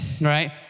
right